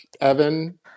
Evan